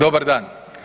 Dobar dan.